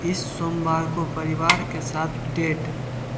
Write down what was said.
इस सोमवार को परिवार के साथ डेट